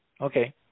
Okay